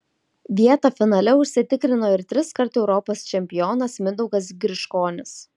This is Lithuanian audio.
vietą finale užsitikrino ir triskart europos čempionas mindaugas griškonis